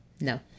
No